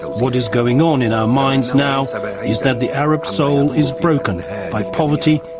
what is going on in our minds now so is that the arab soul is broken by poverty,